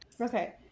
Okay